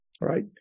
Right